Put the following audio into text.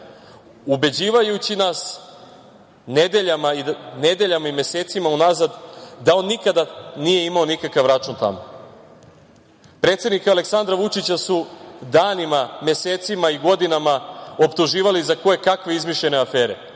ubeđujući nas nedeljama i mesecima unazad da on nikada nije imao nikakav račun tamo. Predsednika Aleksandra Vučića su danima, mesecima i godinama optuživali za kojekakve izmišljene afere.